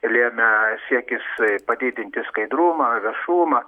lėmė siekis padidinti skaidrumą viešumą